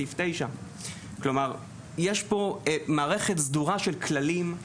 סעיף 9. יש פה מערכת סדורה של כללים.